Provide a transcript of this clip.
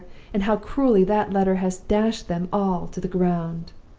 and how cruelly that letter has dashed them all to the ground